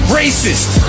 racist